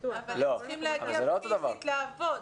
אבל הם צריכים להגיע פיזית לעבוד,